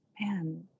man